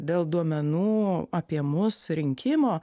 dėl duomenų apie mus rinkimo